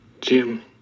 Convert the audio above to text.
Jim